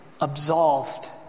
absolved